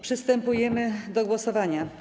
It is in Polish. Przystępujemy do głosowania.